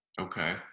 Okay